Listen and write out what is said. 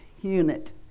unit